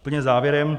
Úplně závěrem.